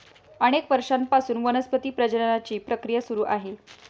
अनेक वर्षांपासून वनस्पती प्रजननाची प्रक्रिया सुरू आहे